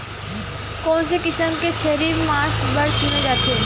कोन से किसम के छेरी मांस बार चुने जाथे?